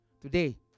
Today